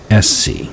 SC